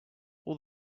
all